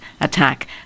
attack